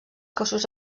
cossos